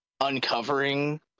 uncovering